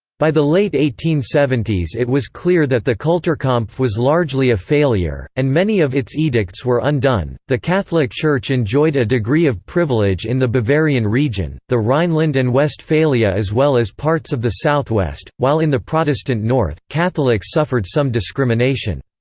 by the late eighteen seventy s it was clear that the kulturkampf was largely a failure, and many of its edicts were undone the catholic church enjoyed a degree of privilege in the bavarian region, the rhineland and westphalia as well as parts of the south-west, while in the protestant north, catholics suffered some discrimination.